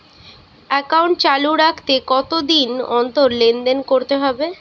Account চালু রাখতে কতদিন অন্তর লেনদেন করতে হবে?